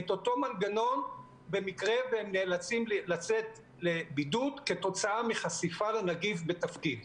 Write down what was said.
אותו מנגנון במקרה שהם נאלצים לצאת לבידוד כתוצאה מחשיפה לנגיף בתפקיד.